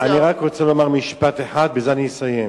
אני רק רוצה לומר משפט אחד, בזה אני אסיים.